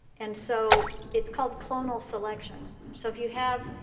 and so it's called clonal selection. so if you have,